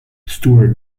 stewart